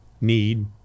need